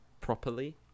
Properly